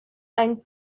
and